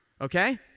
okay